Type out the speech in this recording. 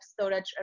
storage